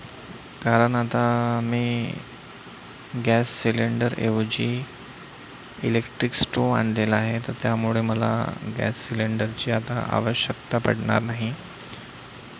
कारण आता मी गॅस सिलेंडरऐवजी इलेक्ट्रिक स्टोव्ह आणलेला आहे तर त्यामुळे मला गॅस सिलेंडरची आता आवश्यकता पडणार नाही